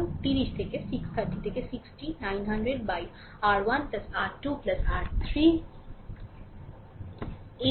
সুতরাং 30 থেকে 6 30 থেকে 60 900 r 1 r 2 r 3